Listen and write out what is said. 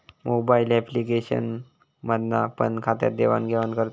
mobile application मधना पण खात्यात देवाण घेवान करतत